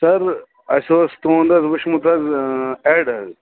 سَر اَسہِ اوس تُہُنٛد حظ وُچھمُت حظ اٮ۪ڈ حظ